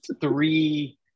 three